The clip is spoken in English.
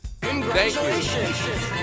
Congratulations